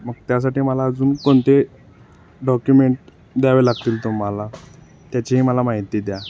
मग त्यासाठी मला अजून कोणते डॉक्युमेंट द्यावे लागतील तुम्हाला त्याचीही मला माहिती द्या